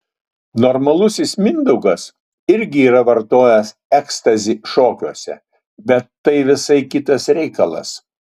normalusis mindaugas irgi yra vartojęs ekstazį šokiuose bet tai visai kitas reikalas